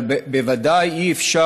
אבל בוודאי אי-אפשר,